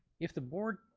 if the board,